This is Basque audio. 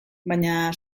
baina